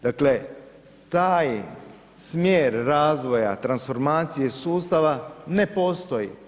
Dakle taj smjer razvoja transformacije sustava ne postoji.